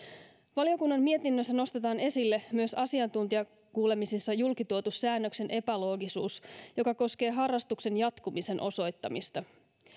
valiokunnan mietinnössä nostetaan esille myös asiantuntijakuulemisessa julki tuotu säännöksen epäloogisuus joka koskee harrastuksen jatkumisen osoittamista